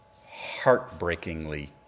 heartbreakingly